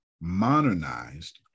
modernized